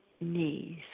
knees